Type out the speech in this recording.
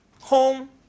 home